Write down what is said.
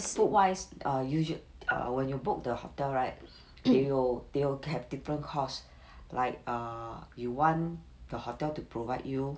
food wise err usual err when you book the hotel right they'll they'll have different course like err you want the hotel to provide you